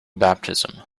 baptism